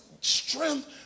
strength